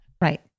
Right